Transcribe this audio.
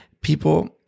people